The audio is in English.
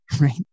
right